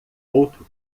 outro